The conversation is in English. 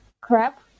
crap